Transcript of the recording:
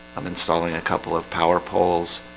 i'm installing a couple of power poles